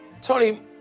Tony